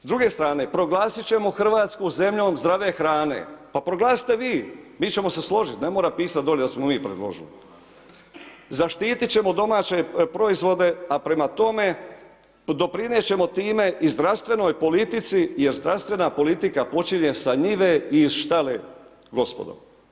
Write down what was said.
S druge strane proglasit ćemo Hrvatsku zemljom zdrave hrane, pa proglasite vi, mi ćemo se složit ne mora pisat dolje da smo mi predložili, zaštiti ćemo domaće proizvode, a prema tome doprinijet ćemo time i zdravstvenoj politici jer zdravstvena politika počinje sa njive i iz štale, gospodo.